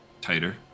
tighter